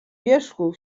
wierzchu